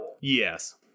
Yes